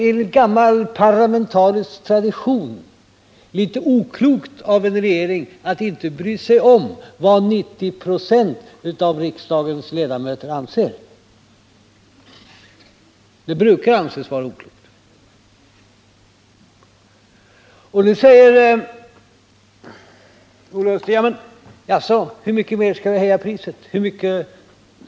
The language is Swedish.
Enligt gammal parlamentarisk tradition är det litet oklokt av en regering att inte bry sig om vad 90 96 av riksdagens ledamöter anser. Det brukar anses vara oklokt. Nu säger Ola Ullsten: Jaså — hur mycket mer skulle vi ha höjt priset på oljan?